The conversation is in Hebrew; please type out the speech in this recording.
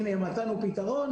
הנה מצאנו פתרון,